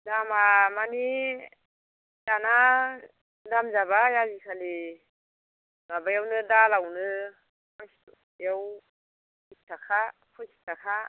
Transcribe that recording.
दामआ माने दाना दाम जाबाय आजिखालि माबायावनो दालआवनो फांसेआव बिस थाखा पसिस थाखा